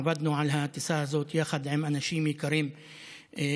עבדנו על הטיסה הזאת יחד עם אנשים יקרים רבים,